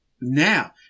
Now